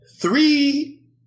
three